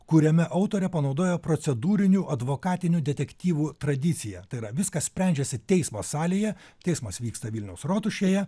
kuriame autorė panaudojo procedūrinių advokatinių detektyvų tradiciją tai yra viskas sprendžiasi teismo salėje teismas vyksta vilniaus rotušėje